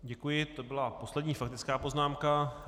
Děkuji, to byla poslední faktická poznámka.